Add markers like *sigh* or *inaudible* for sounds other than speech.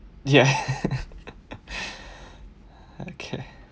ya *laughs* okay